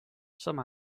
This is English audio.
some